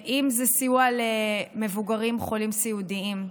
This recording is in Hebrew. זה סיוע למבוגרים, חולים סיעודיים,